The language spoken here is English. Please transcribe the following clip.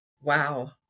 wow